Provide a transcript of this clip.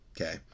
Okay